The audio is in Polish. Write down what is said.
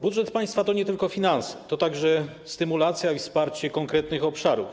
Budżet państwa to nie tylko finanse, to także stymulacja i wsparcie konkretnych obszarów.